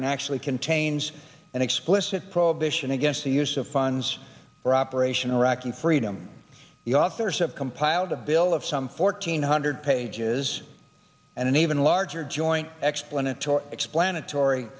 and actually contains an explicit prohibition against the use of funds for operation iraqi freedom the authorship compiled a bill of some fourteen hundred pages and an even larger joint explanitory explanatory